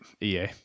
EA